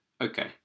okay